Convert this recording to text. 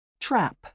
Trap